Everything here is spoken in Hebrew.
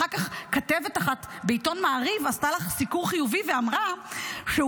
אחר כך כתבת אחת בעיתון מעריב עשתה לך סיקור חיובי ואמרה שהוא